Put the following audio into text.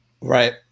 right